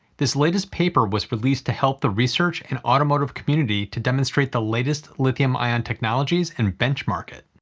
this latest paper was released to help the research and automotive community to demonstrate the latest lithium ion technologies and benchmark it.